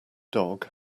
dog